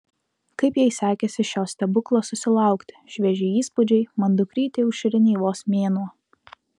kaip jai sekėsi šio stebuklo susilaukti švieži įspūdžiai mat dukrytei aušrinei vos mėnuo